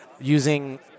using